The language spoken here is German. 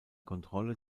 kontrolle